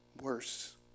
worse